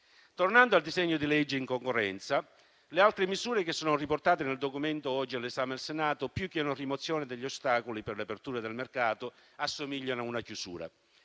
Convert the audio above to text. Tornando al disegno di legge sulla concorrenza, le altre misure che sono riportate nel provvedimento oggi in al nostro esame, più che una rimozione degli ostacoli per le aperture del mercato assomigliano a una chiusura,